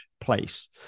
place